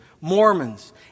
Mormons